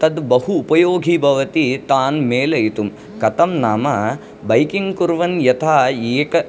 तद् बहु उपयोगी भवति तान् मेलयितुं कथं नाम बैकिङ्ग् कुर्वन् यथा एक